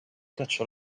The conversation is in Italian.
cacciò